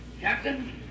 Captain